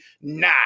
nah